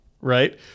right